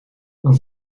een